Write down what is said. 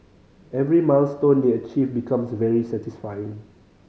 every milestone they achieve becomes very satisfying